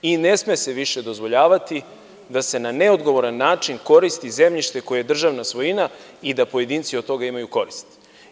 I ne sme se više dozvoljavati da se na neodgovoran način koristi zemljište koje je državna svojina i da pojedinci od toga imaju korist.